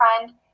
friend